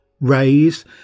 raise